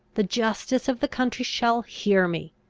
the justice of the country shall hear me!